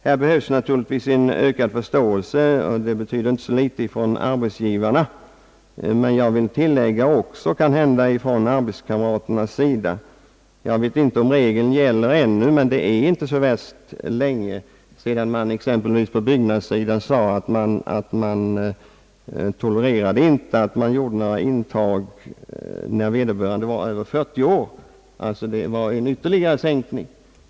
Här behövs naturligtvis en ökad förståelse — och det betyder inte så litet — från arbetsgivarnas sida, men jag vill tillägga: kanhända också från arbetskamraternas sida. Jag vet inte om regeln gäller ännu, men det är inte så länge sedan man t.ex. på byggnadsarbetarsidan sade att man inte tolererade att sådana arbetare togs in som var över 40 år. Det var alltså en ytterligare sänkning av åldern.